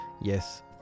yes